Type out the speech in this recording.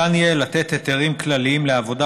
ניתן יהיה לתת היתרים כלליים לעבודה